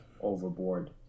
overboard